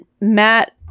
Matt